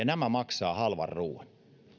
nämä maksavat halvan ruuan